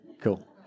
Cool